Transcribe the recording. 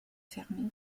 fermée